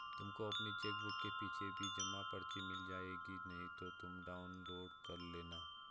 तुमको अपनी चेकबुक के पीछे भी जमा पर्ची मिल जाएगी नहीं तो तुम डाउनलोड कर लेना